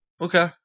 Okay